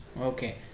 okay